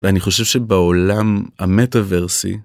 ואני חושב שבעולם המטאוורסי.